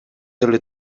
эле